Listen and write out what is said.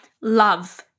Love